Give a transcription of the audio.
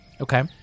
Okay